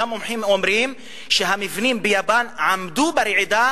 גם מומחים אומרים שהמבנים ביפן עמדו ברעידה